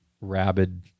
rabid